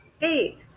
eight